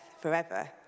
forever